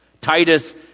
Titus